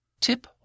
Tip